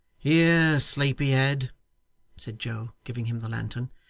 here, sleepy-head said joe, giving him the lantern.